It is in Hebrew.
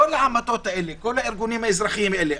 כל העמותות והארגונים האזרחיים האלה,